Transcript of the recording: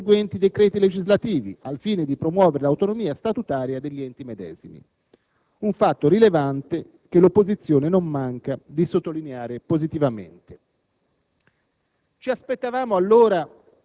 «a mezzo di legge delega e conseguenti decreti legislativi al fine di promuovere l'autonomia statutaria degli enti medesimi». Un fatto rilevante, che l'opposizione non manca di sottolineare positivamente.